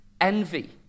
envy